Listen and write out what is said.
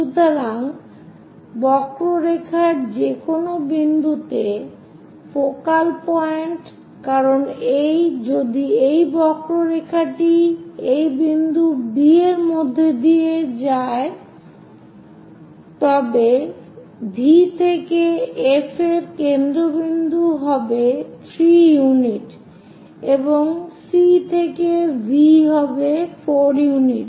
সুতরাং বক্ররেখার যেকোনো বিন্দুতে ফোকাল পয়েন্ট কারণ যদি এই বক্ররেখাটি এই বিন্দু B এর মধ্য দিয়ে কোথাও যায় তবে V থেকে F এর কেন্দ্রবিন্দু হবে 3 ইউনিট এবং C থেকে V হবে 4 ইউনিট